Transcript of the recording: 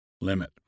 limit